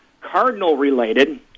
Cardinal-related